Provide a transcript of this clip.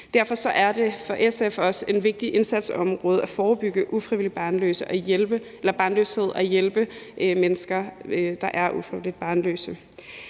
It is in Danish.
Derfor er det for SF også et vigtigt indsatsområde at forebygge ufrivillig barnløshed og hjælpe mennesker, der er ufrivilligt barnløse.